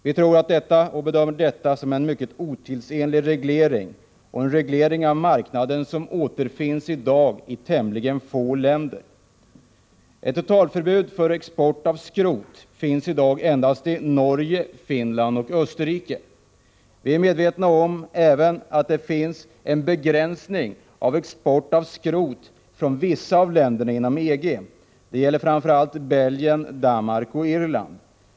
Vi bedömer detta såsom en mycket otidsenlig reglering av marknaden, som i dag återfinns i tämligen få länder. Ett totalförbud mot export av skrot finns i dag endast i Norge, Finland och Österrike. Vi är medvetna om att det finns en begränsning av export av skrot även från vissa av länderna inom EG. Det gäller framför allt Belgien, Danmark och Irland.